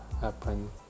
happen